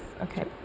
okay